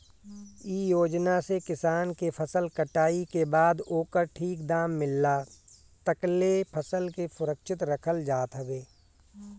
इ योजना से किसान के फसल कटाई के बाद ओकर ठीक दाम मिलला तकले फसल के सुरक्षित रखल जात हवे